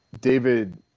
David